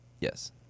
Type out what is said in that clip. Yes